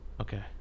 Okay